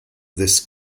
this